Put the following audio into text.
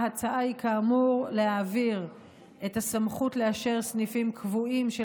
ההצעה היא כאמור להעביר את הסמכות לאשר סניפים קבועים של